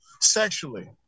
sexually